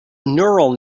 neural